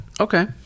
Okay